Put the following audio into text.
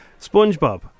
Spongebob